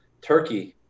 Turkey